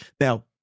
Now